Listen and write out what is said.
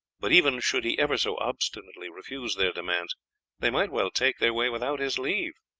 but even should he ever so obstinately refuse their demands they might well take their way without his leave.